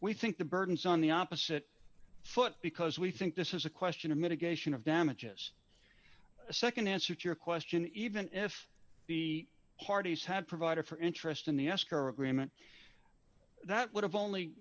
we think the burden is on the opposite foot because we think this is a question of mitigation of damages a nd answer to your question even if the parties had provided for interest in the ask her agreement that would have only